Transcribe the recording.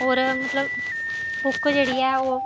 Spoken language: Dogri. होर मतलब बुक जेह्ड़ी ऐ ओह्